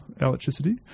electricity